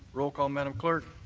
roll call, madam clerk.